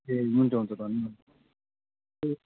ए हुन्छ हुन्छ धन्यवाद